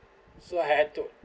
so I had to